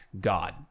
God